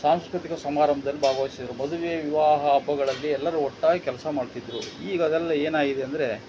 ಸಾಂಸ್ಕೃತಿಕ ಸಮಾರಂಭ್ದಲ್ಲಿ ಭಾಗವಹಿಸ್ತಿದ್ರು ಮದುವೆ ವಿವಾಹ ಹಬ್ಬಗಳಲ್ಲಿ ಎಲ್ಲರೂ ಒಟ್ಟಾಗಿ ಕೆಲಸ ಮಾಡ್ತಿದ್ದರು ಈಗ ಅದೆಲ್ಲ ಏನಾಗಿದೆ ಅಂದರೆ